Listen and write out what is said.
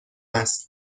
است